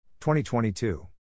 2022